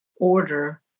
order